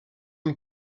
une